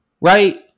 right